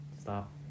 Stop